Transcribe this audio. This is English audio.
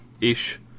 ish